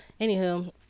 anywho